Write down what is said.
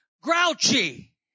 Grouchy